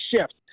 shift